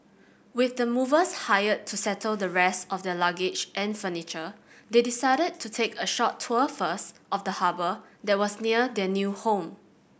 with the movers hired to settle the rest of their luggage and furniture they decided to take a short tour first of the harbour that was near their new home